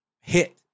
hit